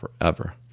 forever